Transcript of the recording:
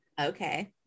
Okay